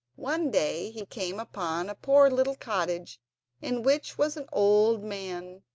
one day he came upon a poor little cottage in which was an old man.